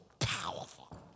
Powerful